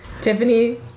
Tiffany